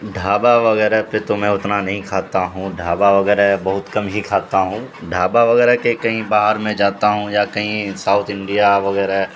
ڈھابا وغیرہ پہ تو میں اتنا نہیں کھاتا ہوں ڈھابا وغیرہ بہت کم ہی کھاتا ہوں ڈھابا وغیرہ کے کہیں باہر میں جاتا ہوں یا کہیں ساؤتھ انڈیا وغیرہ